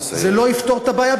זה לא יפתור את הבעיה,